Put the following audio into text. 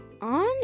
on